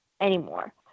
anymore